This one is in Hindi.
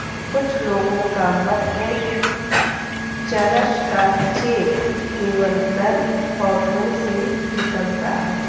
कुछ लोगों का मत है कि चरस का चेप केवल नर पौधों से निकलता है